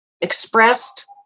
expressed